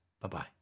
Bye-bye